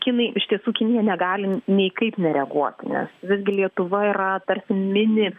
kinai iš tiesų kinija negali niekaip nereaguoti nes visgi lietuva yra tarsi mini